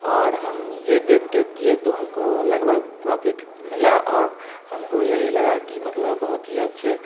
और हम ये देख के किए तो हम को लगभग प्रॉफिट मिला और हम को यही लगा कि मतलब बहुत ही अच्छे